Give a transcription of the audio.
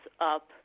up